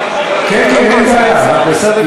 כן כן, אין בעיה, בסדר גמור.